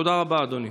תודה רבה, אדוני.